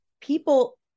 people